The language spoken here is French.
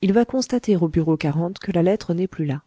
il va constater au bureau que sa lettre n'est plus là